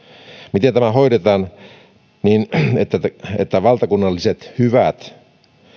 miten tämä hoidetaan niin että valtakunnalliset hyvät